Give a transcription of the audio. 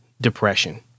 depression